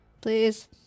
Please